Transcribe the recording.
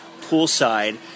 poolside